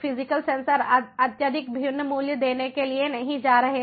physical sensor अत्यधिक भिन्न मूल्य देने के लिए नहीं जा रहे हैं